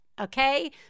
Okay